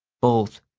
both.